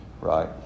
Right